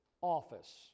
Office